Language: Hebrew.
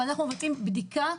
ואנחנו מבצעים בדיקה,